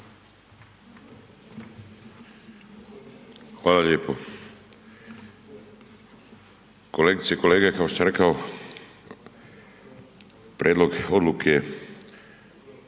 Hvala lijepo. Kolegice i kolege, kao što sam rekao, prijedlog odluke o